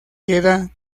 queda